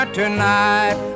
tonight